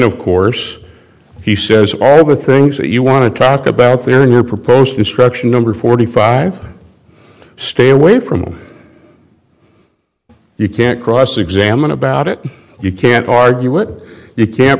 of course he says over things that you want to talk about there in your proposed instruction number forty five stay away from you can't cross examine about it you can't argue what you can't